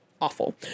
awful